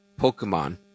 Pokemon